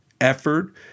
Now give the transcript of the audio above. effort